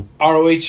ROH